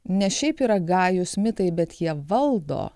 ne šiaip yra gajūs mitai bet jie valdo